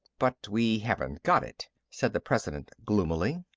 but we haven't got it, said the president gloomily.